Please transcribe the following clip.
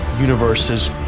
universes